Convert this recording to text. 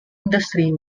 industry